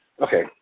Okay